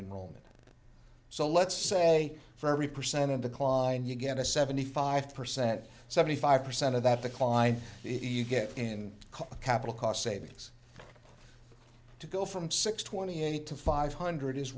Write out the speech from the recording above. moment so let's say for every percent of the kleine you get a seventy five percent seventy five percent of that the client if you get in a capital cost savings to go from six twenty eight to five hundred is